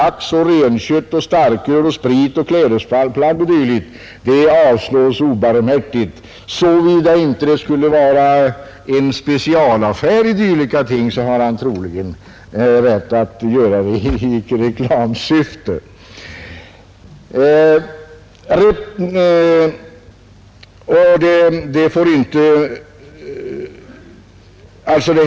rökt lax, renkött, starköl, sprit, klädespersedlar e.d.” — framställningar härom avslås obarmhärtigt. En specialaffär som handlar med dylika ting torde dock ha rätt att ge sådana presenter i reklamsyfte.